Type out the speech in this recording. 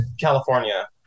California